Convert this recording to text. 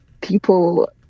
people